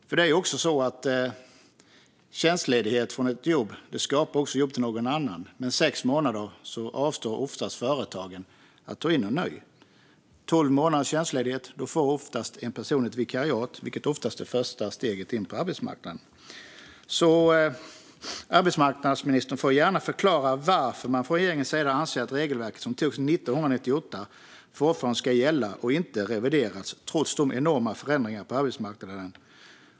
Tjänstledighet från ett jobb skapar även jobb till någon annan, men när tjänstledigheten är sex månader avstår företagen oftast från att ta in någon ny. Vid tolv månaders tjänstledighet får däremot ofta en person ett vikariat, något som ofta är första steget in på arbetsmarknaden. Arbetsmarknadsministern får gärna förklara varför man från regeringens sida anser att regelverket från 1998 fortfarande ska gälla och inte revideras trots de enorma förändringarna på arbetsmarknaden.